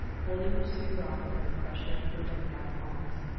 holding her suitor off by the pressure of her bent-back palms.